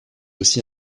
aussi